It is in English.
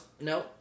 No